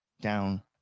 down